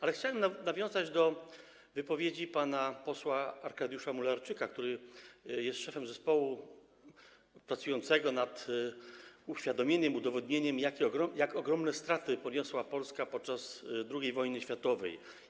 Ale chciałem nawiązać do wypowiedzi pana posła Arkadiusza Mularczyka, który jest szefem zespołu pracującego nad uświadomieniem, udowodnieniem, jak ogromne straty poniosła Polska podczas II wojny światowej.